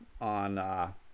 on